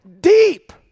deep